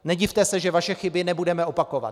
Nedivte se, že vaše chyby nebudeme opakovat.